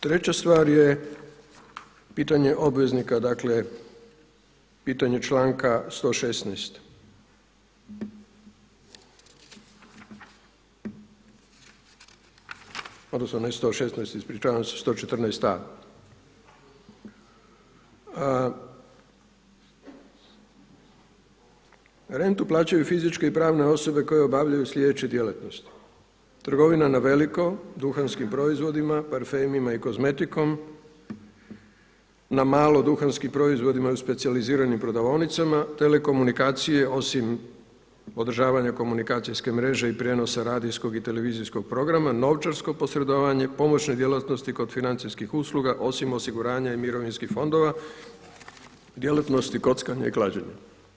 Treća stvar je pitanje obveznika, dakle pitanje članka 116 odnosno ne 116, 114a. Rentu plaćaju fizičke i pravne osobe koje obavljaju sljedeće djelatnosti, trgovina na veliko, duhanskim proizvodima, parfemima i kozmetikom, na malo duhanskim proizvodima i u specijaliziranim prodavaonicama, telekomunikacije osim održavanja komunikacijske mreže i prijenosa radijskog i televizijskog programa, novčarsko posredovanje, pomoćne djelatnosti kod financijskih usluga osim osiguranja i mirovinskih fondova, djelatnosti kockanja i klađenja.